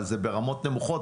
אבל זה ברמות נמוכות.